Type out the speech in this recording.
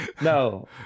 No